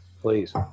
Please